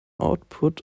output